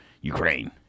Ukraine